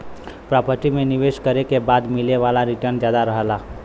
property में निवेश करे के बाद मिले वाला रीटर्न जादा रहला